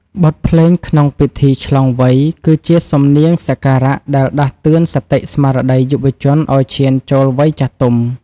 បទភ្លេងក្នុងពិធីឆ្លងវ័យ គឺជាសំនៀងសក្ការៈដែលដាស់តឿនសតិស្មារតីយុវជនឱ្យឈានចូលវ័យចាស់ទុំ។